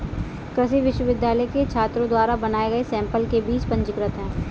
कृषि विश्वविद्यालय के छात्रों द्वारा बनाए गए सैंपल के बीज पंजीकृत हैं